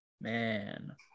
Man